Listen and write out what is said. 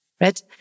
Right